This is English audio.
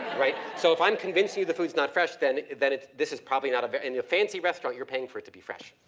right? so if i'm convincing you the food's not fresh, then, then it, this is probably not a ver, in a fancy restaurant, you're paying for it to be fresh.